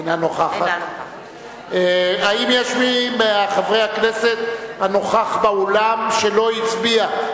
אינה נוכחת האם יש מי מחברי הכנסת הנוכח באולם ולא הצביע?